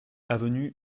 avenue